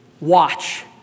Watch